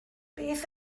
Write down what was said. beth